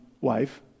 wife